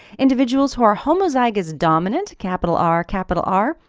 individuals who are homozygous dominant, capital r capital r,